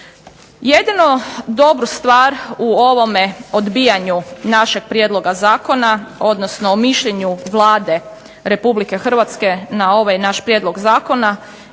Jedinu dobru stvar u ovome odbijanju našeg prijedloga zakona odnosno o mišljenju Vlade Republike Hrvatske na ovaj naš prijedlog zakona